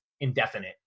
indefinite